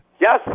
Yes